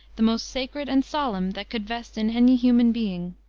the most sacred and solemn that could vest in any human being.